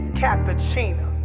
cappuccino